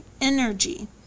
energy